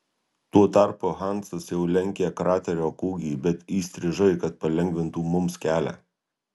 tuo tarpu hansas jau lenkė kraterio kūgį bet įstrižai kad palengvintų mums kelią